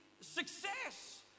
success